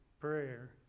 prayer